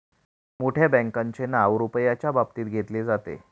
मोठ्या बँकांचे नाव रुपयाच्या बाबतीत घेतले जाते